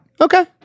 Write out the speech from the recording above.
okay